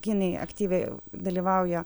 kinai aktyviai dalyvauja